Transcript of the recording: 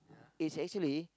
is actually